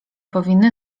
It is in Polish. powinny